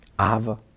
Ava